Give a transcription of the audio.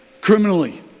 criminally